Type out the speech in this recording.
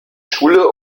schule